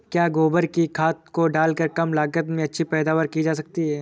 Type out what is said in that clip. क्या गोबर की खाद को डालकर कम लागत में अच्छी पैदावारी की जा सकती है?